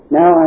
Now